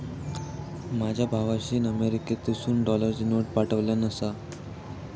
माझ्या भावाशीन अमेरिकेतसून डॉलरची नोट पाठवल्यान आसा